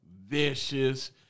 vicious